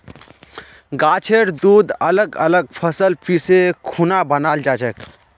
गाछेर दूध अलग अलग फसल पीसे खुना बनाल जाछेक